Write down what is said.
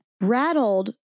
Rattled